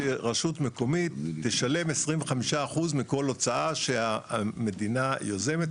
שרשות מקומית תשלם 25% מכל הוצאה שהמדינה יוזמת.